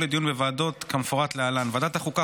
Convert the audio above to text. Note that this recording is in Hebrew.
לדיון בוועדות כמפורט להלן: ועדת החוקה,